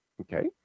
Okay